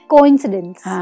Coincidence